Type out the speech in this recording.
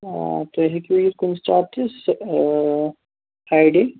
تُہۍ ہیٚکِو یِتھ کُنہِ ساتہٕ تہٕ فرٛایڈے